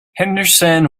henderson